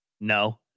No